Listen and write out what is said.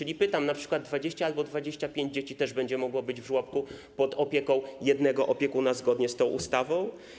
A więc pytam: Czy np. 20 albo 25 dzieci też będzie mogło być w żłobku pod opieką jednego opiekuna zgodnie z tą ustawą?